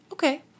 Okay